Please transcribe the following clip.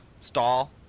stall